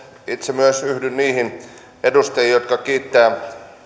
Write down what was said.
itse myös yhdyn niihin edustajiin jotka kiittävät